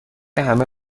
همه